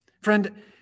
Friend